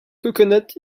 coconut